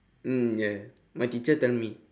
mm ya ya my teacher tell me